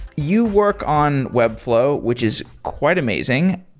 you work on webflow, which is quite amazing.